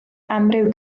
amryw